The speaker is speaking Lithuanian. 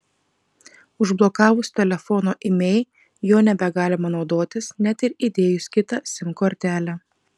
užblokavus telefono imei juo nebegalima naudotis net ir įdėjus kitą sim kortelę